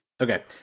Okay